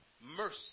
mercy